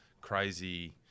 crazy